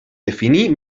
definir